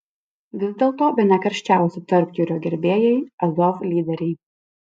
vis dėlto bene karščiausi tarpjūrio gerbėjai azov lyderiai